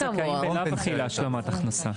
זכאים בלאו הכי להשלמת הכנסה.